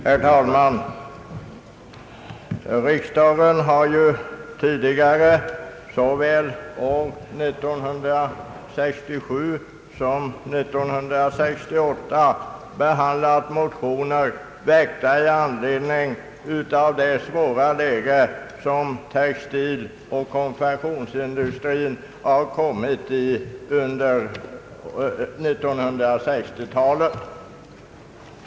Herr talman! Riksdagen har ju tidigare såväl år 1967 som år 1968 behand lat motioner, väckta i anledning av det svåra läge som textiloch konfektionsindustrin har kommit i under 1960-talet.